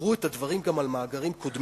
אמרו את הדברים גם על מאגרים קודמים,